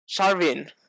Charvin